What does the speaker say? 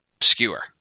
skewer